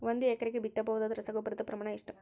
ಒಂದು ಎಕರೆಗೆ ಬಿತ್ತಬಹುದಾದ ರಸಗೊಬ್ಬರದ ಪ್ರಮಾಣ ಎಷ್ಟು?